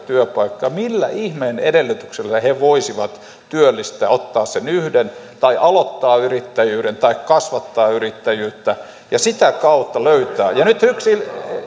työpaikkoja millä ihmeen edellytyksillä he voisivat työllistää ottaa sen yhden tai aloittaa yrittäjyyden tai kasvattaa yrittäjyyttä ja sitä kautta löytää nyt yksi